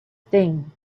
thing